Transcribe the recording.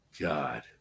God